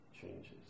changes